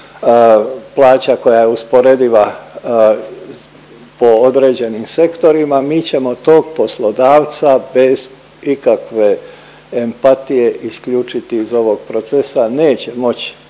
plaća koja je usporediva po određenim sektorima, mi ćemo tog poslodavca bez ikakve empatije isključiti iz ovog procesa, neće moć